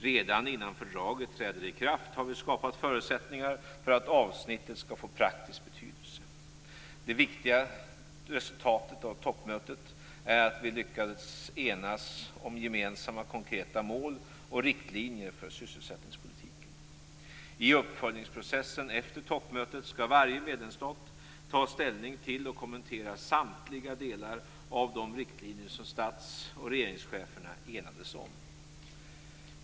Redan innan fördraget träder i kraft har vi skapat förutsättningar för att avsnittet skall få praktisk betydelse. Det viktigaste resultatet av toppmötet var att vi lyckades enas om gemensamma, konkreta mål och riktlinjer för sysselsättningspolitiken. I uppföljningsprocessen efter toppmötet skall varje medlemsstat ta ställning till och kommentera samtliga delar av de riktlinjer som stats och regeringscheferna enades om.